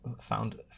found